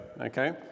Okay